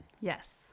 Yes